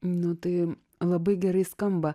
nu tai labai gerai skamba